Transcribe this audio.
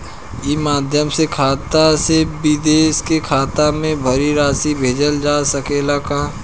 ई माध्यम से खाता से विदेश के खाता में भी राशि भेजल जा सकेला का?